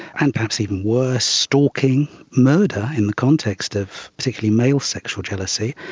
and perhaps even worse, stalking, murder in the context of particularly male sexual jealousy,